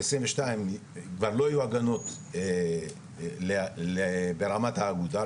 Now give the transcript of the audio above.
ב-2022 כבר לא יהיו הגנות ברמת האגודה,